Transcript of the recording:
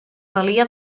valia